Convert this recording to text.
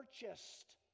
purchased